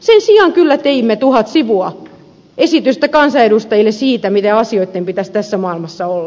sen sijaan kyllä teimme tuhat sivua esitystä kansanedustajille siitä miten asioitten pitäisi tässä maailmassa olla